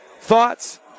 thoughts